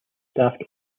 staffed